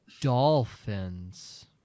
Dolphins